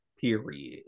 period